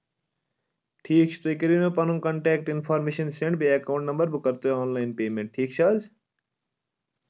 ٹھیٖک چھُ تُہۍ کٔرِو مےٚ پَنُن کَنٹیکٹ اِنفارمیشَن سؠنٛڈ بیٚیہِ اکاونٹ نمبر بہٕ کَرٕ تۄہہِ آنلاین پیمؠنٛٹ ٹھیٖک چھا حظ